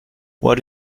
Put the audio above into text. what